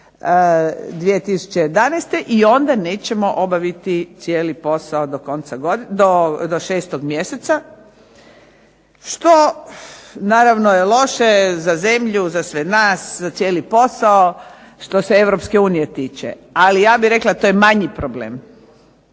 2011. i onda nećemo obaviti cijeli posao do 6. Mjeseca što naravno je loše za zemlju, za sve nas, cijeli posao što se Europske unije tiče, ali ja bih rekla toj je manji problem.